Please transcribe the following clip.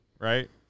Right